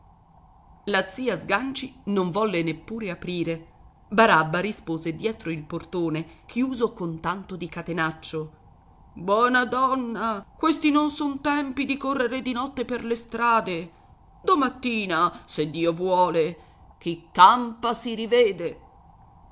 la zia sganci non volle neppure aprire barabba rispose dietro il portone chiuso con tanto di catenaccio buona donna questi non son tempi di correre di notte per le strade domattina se dio vuole chi campa si rivede